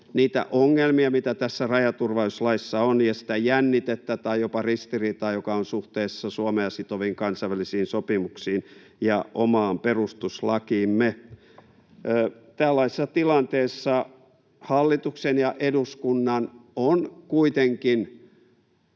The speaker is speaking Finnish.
niitä ongelmia, mitä tässä rajaturvallisuuslaissa on, ja sitä jännitettä tai jopa ristiriitaa, joka on suhteessa Suomea sitoviin kansainvälisiin sopimuksiin ja omaan perustuslakiimme. Tällaisessa tilanteessa hallituksen ja eduskunnan on kuitenkin